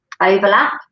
overlap